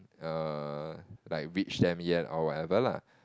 err like reach them yet or whatever lah